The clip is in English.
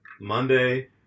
Monday